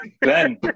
Ben